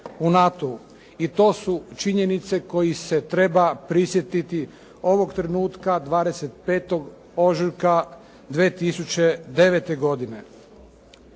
I to su činjenice kojih se treba prisjetiti ovog trenutka 25. ožujka 2009. godine.